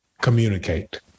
communicate